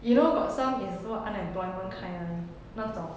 you know got some is what unemployment kind [one] 那种